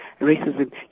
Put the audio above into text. racism